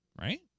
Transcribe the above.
right